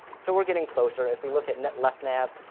so we're getting closer. if we look at and at leftnav,